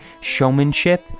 showmanship